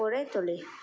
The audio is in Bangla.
করে তোলে